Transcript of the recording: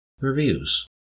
Reviews